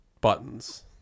buttons